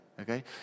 Okay